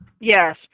Yes